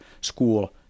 school